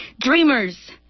Dreamers